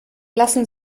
lassen